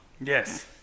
Yes